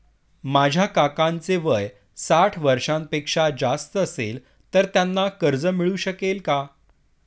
माझ्या काकांचे वय साठ वर्षांपेक्षा जास्त असेल तर त्यांना कर्ज मिळू शकेल का?